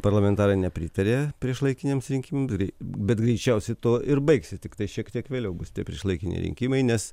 parlamentarai nepritarė priešlaikiniams rinkimams bet greičiausiai tuo ir baigsis tiktai šiek tiek vėliau bus tie priešlaikiniai rinkimai nes